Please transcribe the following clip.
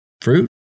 fruit